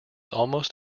almost